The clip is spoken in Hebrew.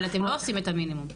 אבל אתם לא עושים את המינימום.